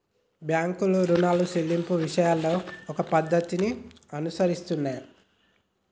బాంకులు రుణం సెల్లింపు విషయాలలో ఓ పద్ధతిని అనుసరిస్తున్నాయి